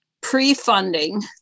pre-funding